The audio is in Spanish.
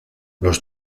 los